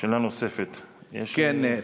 שאלה נוספת יש, כן.